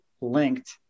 linked